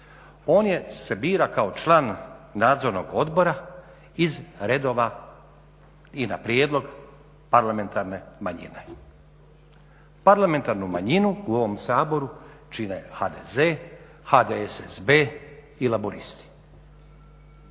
On se bira kao član nadzornog odbora iz redova i na prijedlog parlamentarne manjine. Parlamentarnu manjinu u ovom Saboru čine HDZ, HDSSB i Laburisti.